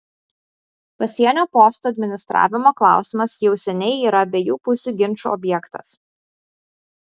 pasienio postų administravimo klausimas jau seniai yra abiejų pusių ginčų objektas